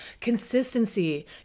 Consistency